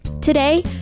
Today